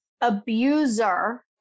abuser